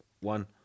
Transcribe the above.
one